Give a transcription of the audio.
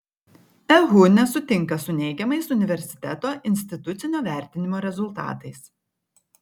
ehu nesutinka su neigiamais universiteto institucinio vertinimo rezultatais